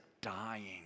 dying